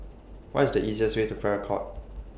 What IS The easiest Way to Farrer Court